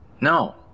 no